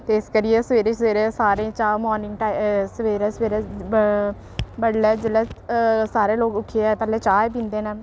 ते इस करियै सवेरे सवेरे सारे गी चाह् मारनिंग टा सवेरे सवेरे ब बडलै जेल्लै सारे लोग उट्ठियै पैह्लें चाह् गै पींदे न